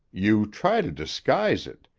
you try to disguise it.